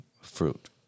fruit